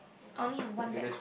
only have one bag